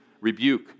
rebuke